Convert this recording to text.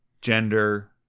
gender